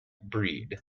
breed